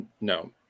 No